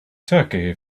turkey